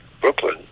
Brooklyn